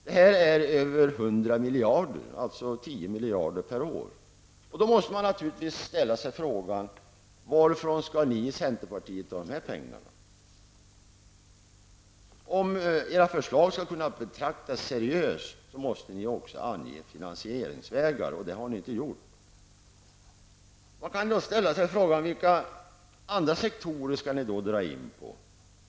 Det rör sig om över 100 miljarder, dvs. 10 miljarder per år. Då måste man naturligtvis ställa sig följande fråga: Varifrån skall centerpartiet ta dessa pengar? Om era förslag skall kunna betraktas seriöst måste ni också ange finansieringsvägar, vilket ni inte har gjort. Vilka andra sektorer skall ni då dra in på?